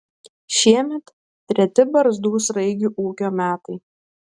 šiemet treti barzdų sraigių ūkio metai